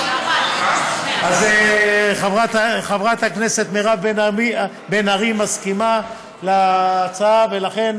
חברת הכנסת מירב בן ארי מסכימה להצעה, ולכן